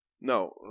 No